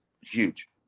Huge